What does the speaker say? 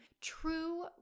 True